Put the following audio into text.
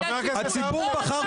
חבר הכנסת האוזר.